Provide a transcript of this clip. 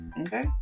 okay